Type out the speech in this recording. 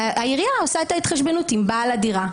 והעירייה עושה את ההתחשבנות עם בעל הדירה.